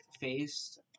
faced